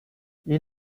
ils